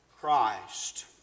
Christ